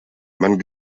man